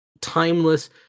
timeless